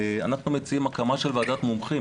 אנחנו מציעים הקמה של ועדת מומחים